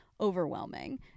overwhelming